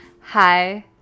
Hi